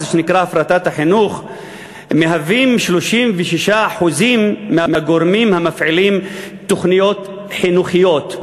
שנקרא הפרטת החינוך מהווים 36% מהגורמים המפעילים תוכניות חינוכיות.